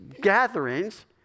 gatherings